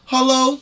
Hello